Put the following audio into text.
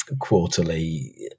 quarterly